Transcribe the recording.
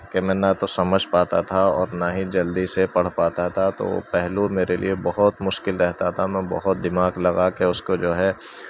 کہ میں نہ تو سمجھ پاتا تھا اور نہ ہی جلدی سے پڑھ پاتا تھا تو وہ پہلو میرے لیے بہت مشکل رہتا تھا میں بہت دماغ لگا کے اس کو جو ہے